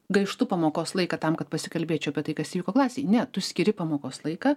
gaištu pamokos laiką tam kad pasikalbėčiau apie tai kas įvyko klasėj ne tu skiri pamokos laiką